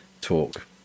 talk